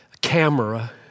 camera